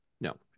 no